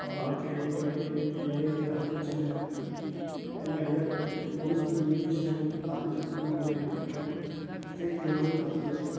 اور بات رہی ایم ایل اے کی تو ایم ایل اے بھی کافی اچھے ہیں علی گڑھ کے وہ بھی بی جے پی سے ہیں کافی ترقی میں وہ بھی ہیلپ کرتے ہیں ایسے تینوں ہی کافی اچھے ہیں